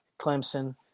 Clemson